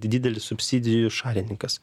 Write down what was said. didelis subsidijų šalininkas